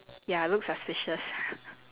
ya look suspicious